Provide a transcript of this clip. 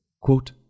Quote